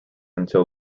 until